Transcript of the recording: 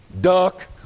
duck